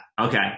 okay